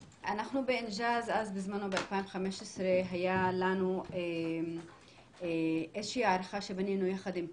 ב"אינג'אז" ב-2015 הייתה לנו איזושהי הערכה שבנינו יחד עם